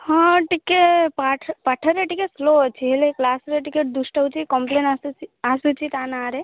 ହଁ ଟିକେ ପାଠ୍ ପାଠରେ ଟିକେ ସ୍ଲୋ ଅଛି ହେଲେ କ୍ଲାସ୍ରେ ଟିକେ ଦୁଷ୍ଟ ହେଉଛି କମ୍ପଲେନ୍ ଆସୁଛି ଆସୁଛି ତା ନାଆଁ ରେ